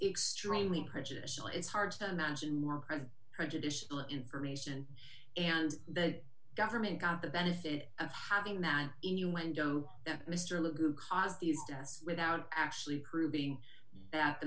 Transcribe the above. extremely prejudicial it's hard to imagine more present prejudicial information and the government got the benefit of having that innuendo mr le who caused these tests without actually proving that the